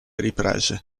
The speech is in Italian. riprese